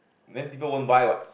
then people won't buy what